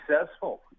successful